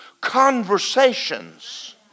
conversations